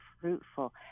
fruitful